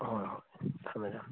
ꯍꯣꯏ ꯍꯣꯏ ꯊꯝꯃꯦ ꯊꯝꯃꯦ